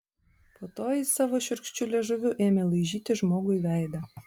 po to jis savo šiurkščiu liežuviu ėmė laižyti žmogui veidą